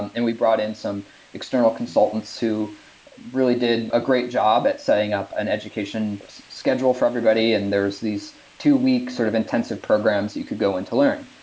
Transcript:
and and we brought in some external consultants who did a great job at setting up an education schedule for everybody, and there's these two weeks sort of intensive programs you could go in to learn.